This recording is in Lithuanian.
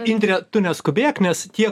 indre tu neskubėk nes tie